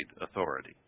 authority